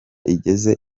igeze